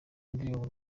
indirimbo